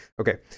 Okay